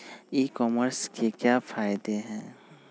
ई commerce के क्या फायदे हैं?